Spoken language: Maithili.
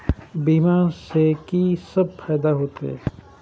बीमा से की सब फायदा होते?